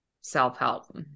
self-help